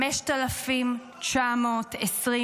5,926